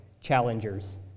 challengers